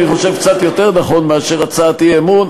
אני חושב קצת יותר נכון מאשר הצעת אי-אמון.